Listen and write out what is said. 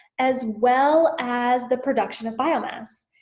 as well as the production of biomass.